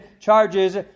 charges